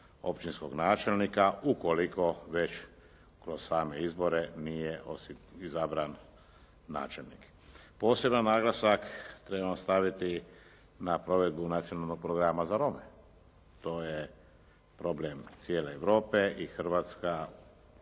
općinskog načelnika, ukoliko već kroz same izbore nije izabran načelnik. Poseban naglasak trebam staviti na provedbu Nacionalnog programa za Rome. To je problem cijele Europe i Hrvatska